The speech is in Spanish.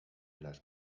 las